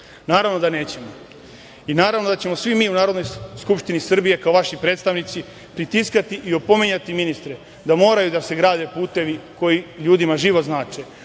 Naravno, da nećemo i naravno da ćemo svi mi u Narodnoj skupštini Srbije kao vaši predstavnici pritiskati i opominjati ministre da moraju da se grade putevi koji ljudima život znače,